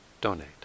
donate